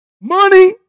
Money